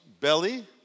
belly